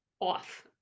off